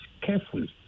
carefully